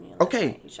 Okay